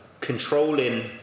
controlling